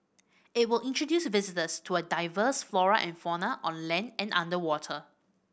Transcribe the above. it will introduce visitors to a diverse flora and fauna on land and underwater